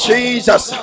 Jesus